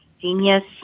genius